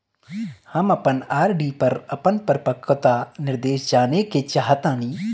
हम अपन आर.डी पर अपन परिपक्वता निर्देश जानेके चाहतानी